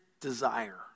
desire